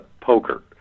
poker